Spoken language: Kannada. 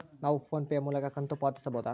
ನಾವು ಫೋನ್ ಪೇ ಮೂಲಕ ಕಂತು ಪಾವತಿಸಬಹುದಾ?